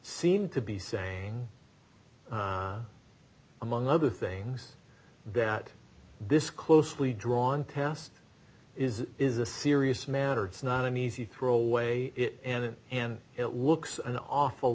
seem to be saying among other things that this closely drawn test is is a serious matter it's not an easy throwaway it and it and it looks an awful